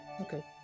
okay